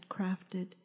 crafted